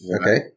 Okay